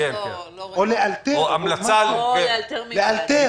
או לאלתר מסכות.